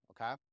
okay